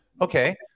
okay